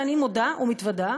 ואני מודה ומתוודה,